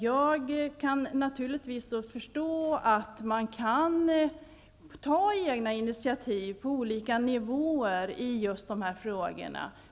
Jag kan naturligtvis förstå att man kan ta egna initiativ på olika nivåer i dessa frågor.